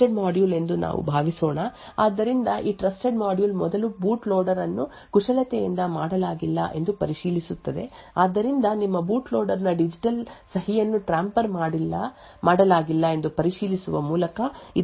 ಆದ್ದರಿಂದ ಇದು ನಿಮ್ಮ ಟ್ರಸ್ಟೆಡ್ ಮಾಡ್ಯೂಲ್ ಎಂದು ನಾವು ಭಾವಿಸೋಣ ಆದ್ದರಿಂದ ಈ ಟ್ರಸ್ಟೆಡ್ ಮಾಡ್ಯೂಲ್ ಮೊದಲು ಬೂಟ್ ಲೋಡರ್ ಅನ್ನು ಕುಶಲತೆಯಿಂದ ಮಾಡಲಾಗಿಲ್ಲ ಎಂದು ಪರಿಶೀಲಿಸುತ್ತದೆ ಆದ್ದರಿಂದ ನಿಮ್ಮ ಬೂಟ್ ಲೋಡರ್ ನ ಡಿಜಿಟಲ್ ಸಹಿಯನ್ನು ಟ್ಯಾಂಪರ್ ಮಾಡಲಾಗಿಲ್ಲ ಎಂದು ಪರಿಶೀಲಿಸುವ ಮೂಲಕ ಇದನ್ನು ಮಾಡಲು ಈ ನಂಬಿಕೆಯ ಮೂಲವಾಗಿದೆ